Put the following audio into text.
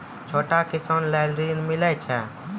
छोटा किसान लेल ॠन मिलय छै?